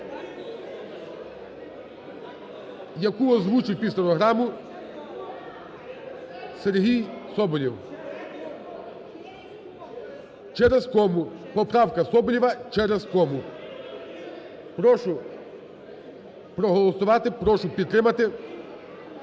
яку озвучив під стенограму Сергій Соболєв. Через кому поправка Соболєва, через кому. Прошу проголосувати, прошу підтримати.